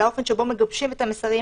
על האופן שבו מגבשים את המסרים,